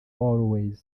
always